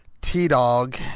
T-Dog